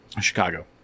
Chicago